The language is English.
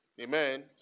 Amen